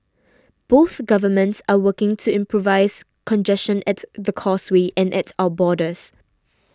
both governments are working to improve congestion at the Causeway and at our borders